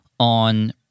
on